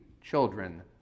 children